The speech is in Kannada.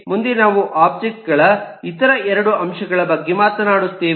ಮುಂದೆ ನಾವು ಒಬ್ಜೆಕ್ಟ್ ಗಳ ಇತರ 2 ಅಂಶಗಳ ಬಗ್ಗೆ ಮಾತನಾಡುತ್ತೇವೆ